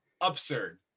absurd